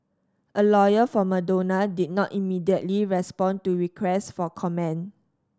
a lawyer for Madonna did not immediately respond to requests for comment